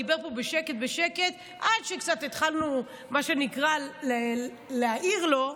דיבר פה בשקט בשקט עד שקצת התחלנו להעיר לו,